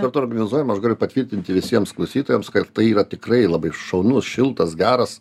dėl to organizuojam aš galiu patvirtinti visiems klausytojams kad tai yra tikrai labai šaunus šiltas garas